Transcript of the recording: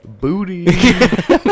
booty